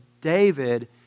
David